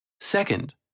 Second